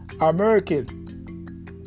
American